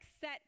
set